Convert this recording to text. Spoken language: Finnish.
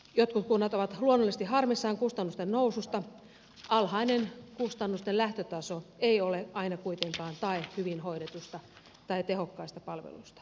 jotkut kunnat ovat luonnollisesti harmissaan kustannusten noususta alhainen kustannusten lähtötaso ei ole aina kuitenkaan tae hyvin hoidetusta tai tehokkaasta palvelusta